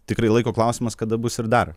tikrai laiko klausimas kada bus ir dar